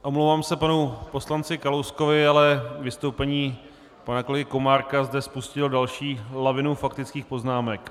Omlouvám se panu poslanci Kalouskovi, ale vystoupení pana kolegy Komárka zde spustilo další lavinu faktických poznámek.